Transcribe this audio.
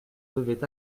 devait